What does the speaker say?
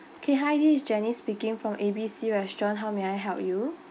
okay hi this is janice speaking from A B C restaurant how may I help you